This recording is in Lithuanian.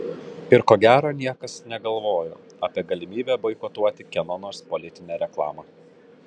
ir ko gero niekas negalvojo apie galimybę boikotuoti kieno nors politinę reklamą